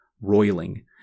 roiling